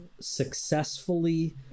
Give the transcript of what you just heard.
successfully